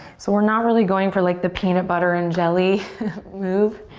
so we're not really going for like the peanut butter and jelly move.